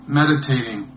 meditating